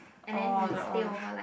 orh that one